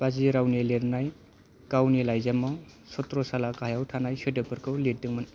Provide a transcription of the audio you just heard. बाजी रावनि लिरनाय गावनि लाइजामाव छत्रसाला गाहायाव थानाय सोदोबफोरखौ लिरदोंमोन